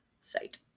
site